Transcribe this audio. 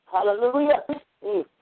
Hallelujah